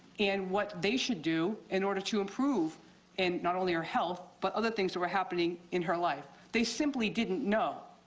and what they should do in order to improve and not only her health but other things that were happening in her life. they simply didn't know.